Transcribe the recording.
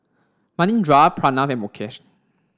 Manindra Pranav and Mukesh